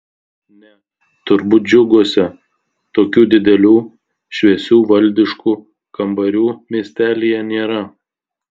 ne turbūt džiuguose tokių didelių šviesių valdiškų kambarių miestelyje nėra